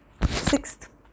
Sixth